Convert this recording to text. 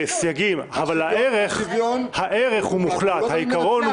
-- אבל הערך הוא מוחלט, העיקרון הוא